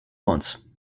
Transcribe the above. once